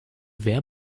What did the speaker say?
wer